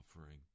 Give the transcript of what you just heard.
offering